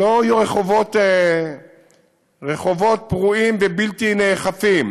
לא יהיו רחובות פרועים ובלתי נאכפים,